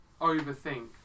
overthink